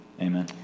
amen